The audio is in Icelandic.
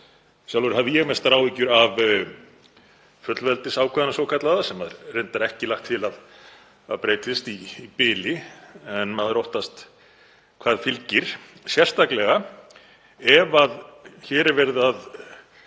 Sjálfur hef ég mestar áhyggjur af fullveldisákvæðinu svokallaða, sem er reyndar ekki lagt til að breytist í bili. En maður óttast hvað fylgir, sérstaklega ef hér er verið að